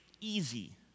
easy